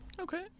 Okay